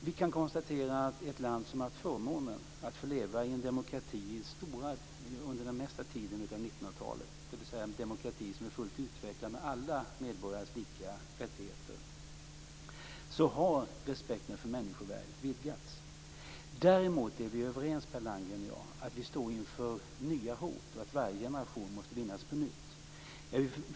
Vi kan konstatera att i ett land som haft förmånen att få leva i demokrati under den mesta tiden av 1900 talet, dvs. en demokrati som är fullt utvecklad med alla medborgares lika rättigheter, har respekten för människovärdet vidgats. Däremot är Per Landgren och jag överens om att vi står inför nya hot, att varje generation måste vinnas på nytt.